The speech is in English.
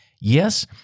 Yes